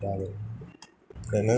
तावदेव केन